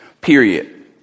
period